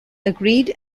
agreed